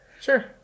Sure